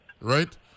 right